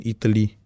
Italy